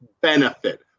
benefit